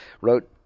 wrote